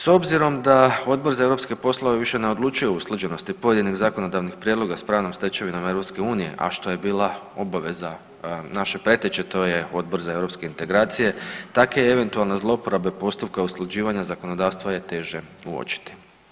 S obzirom da Odbor za europske poslove više ne odlučuje u slučajnosti pojedinih zakonodavnih prijedloga s pravnom stečevinom EU, a što je bila obaveza naše preteće to je Odbor za europske integracije takve eventualne zlouporabe postupka usklađivanja zakonodavstva je teže uočiti.